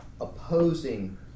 opposing